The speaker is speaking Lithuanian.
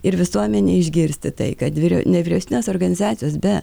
ir visuomenei išgirsti tai kad nevyriausybinės organizacijos be